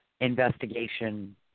investigation